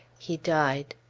he died.